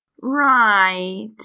Right